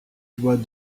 doit